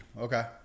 okay